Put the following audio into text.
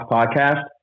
Podcast